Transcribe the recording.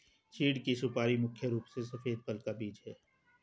चीढ़ की सुपारी मुख्य रूप से सफेद फल का बीज है